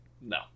No